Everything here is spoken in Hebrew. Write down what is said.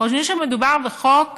חושבים שמדובר בחוק